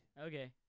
Okay